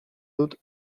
dut